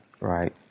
right